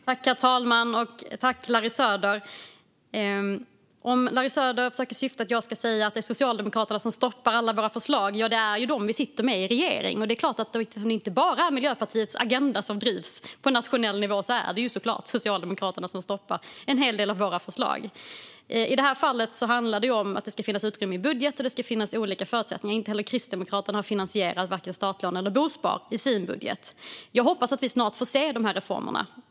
Herr talman! Om Larry Söders syfte är att få mig att säga att det är Socialdemokraterna som stoppar alla våra förslag är det ju dem som vi sitter med i regeringen. Då är det klart att det inte bara är Miljöpartiets agenda som drivs. På nationell nivå är det såklart Socialdemokraterna som stoppar en hel del av våra förslag. I det här fallet handlar om det att det ska finnas utrymme i budgeten och olika förutsättningar. Inte heller Kristdemokraterna har finansierat vare sig startlån eller bospar i sin budget. Jag hoppas att vi snart får se de här reformerna.